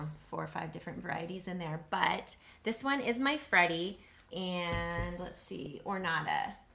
four of five different varieties in there, but this one is my freddie and let's see, ornata.